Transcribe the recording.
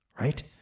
right